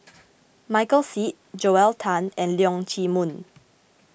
Michael Seet Joel Tan and Leong Chee Mun